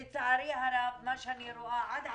לצערי הרב, מה שאני רואה עד עכשיו,